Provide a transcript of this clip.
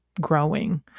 growing